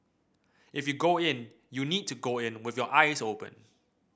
if you go in you need to go in with your eyes open